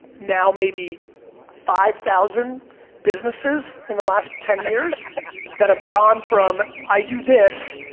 now, maybe five thousand businesses in the last ten years that have gone from i do this,